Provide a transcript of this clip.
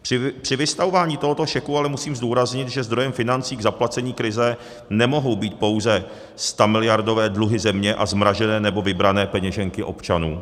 Při vystavování tohoto šeku ale musím zdůraznit, že zdrojem financí k zaplacení krize nemohou být pouze stamiliardové dluhy země a zmrazené nebo vybrané peněženky občanů.